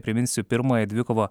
priminsiu pirmąją dvikovą